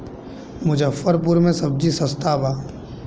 मुजफ्फरपुर में सबजी सस्ता बा